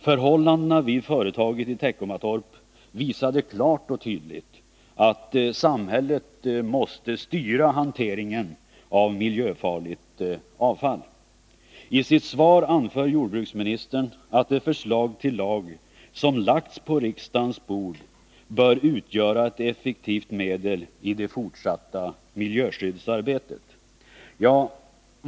Förhållandena vid företaget i Teckomatorp visade klart och tydligt att samhället måste styra hanteringen av miljöfarligt avfall. I sitt svar anför jordbruksministern att de förslag till lag som lagts på riksdagens bord ”bör utgöra ett effektivt medel i det fortsatta miljöskyddsarbetet”.